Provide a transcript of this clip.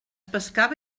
pescava